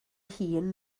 hun